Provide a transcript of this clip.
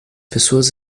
pessoas